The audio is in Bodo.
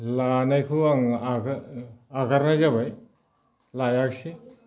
लानायखौ आं आगारनाय जाबाय लायाखैसै